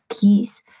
peace